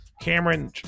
Cameron